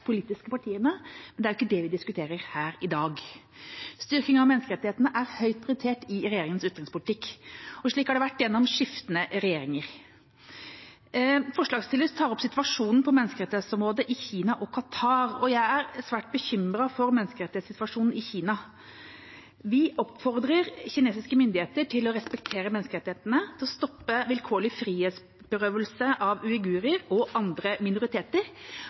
politiske partiene, men det er jo ikke det vi diskuterer her i dag. Styrking av menneskerettighetene er høyt prioritert i regjeringas utenrikspolitikk, og slik har det vært gjennom skiftende regjeringer. Forslagsstillerne tar opp situasjonen på menneskerettighetsområdet i Kina og Qatar, og jeg er svært bekymret for menneskerettighetssituasjonen i Kina. Vi oppfordrer kinesiske myndigheter til å respektere menneskerettighetene, til å stoppe vilkårlig frihetsberøvelse av uigurer og andre minoriteter